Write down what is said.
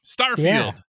Starfield